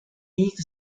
liegt